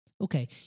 Okay